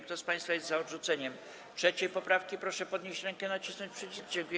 Kto z państwa jest za odrzuceniem 3. poprawki, proszę podnieść rękę i nacisnąć przycisk.